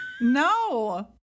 No